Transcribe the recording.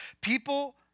People